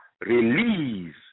release